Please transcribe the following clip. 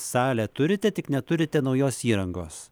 salę turite tik neturite naujos įrangos